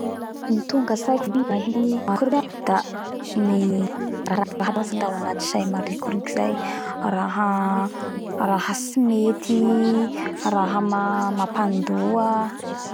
La mieritseritsy ny teny marikoriko iaho raha tsy mety raha mapandoa